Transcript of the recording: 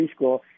preschool